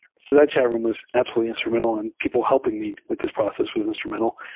so that chat room was absolutely instrumental, and people helping me with this process was instrumental.